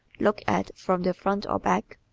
looked at from the front or back,